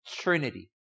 Trinity